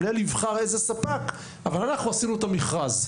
המנהל יבחר איזה ספק, אבל אנחנו עשינו את המכרז.